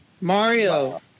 Mario